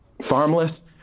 farmless